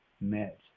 met